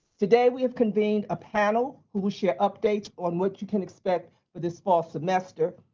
today we have convened a panel who will share updates on what you can expect for this fall semester,